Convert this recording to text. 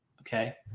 okay